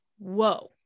whoa